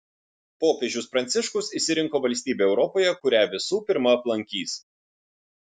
popiežius pranciškus išsirinko valstybę europoje kurią visų pirma aplankys